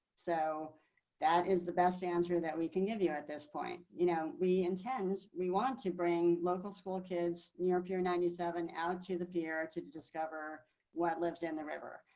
that is the best answer that we can give you at this point, you know, we intend, we want to bring local school kids near pure ninety seven out to the fear to to discover what lives in the river.